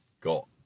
got